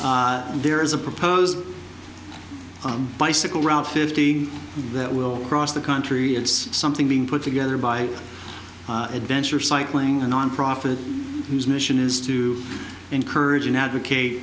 there is a proposed bicycle route fifty that will cross the country it's something being put together by adventure cycling a nonprofit whose mission is to encourage an advocate